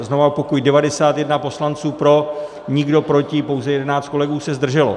Znovu opakuji, 91 poslanců pro, nikdo proti, pouze 11 kolegů se zdrželo.